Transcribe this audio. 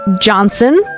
Johnson